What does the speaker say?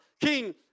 King